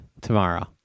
tomorrow